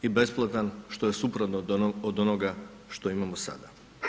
I besplatan što je suprotno od onoga što imamo sada.